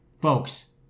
folks